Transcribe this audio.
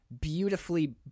Beautifully